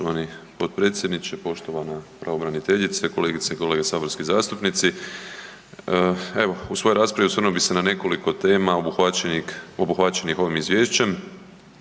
u svojoj raspravi osvrnuo bih se na nekoliko tema obuhvaćenih ovim izvješćem.